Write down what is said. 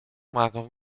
maken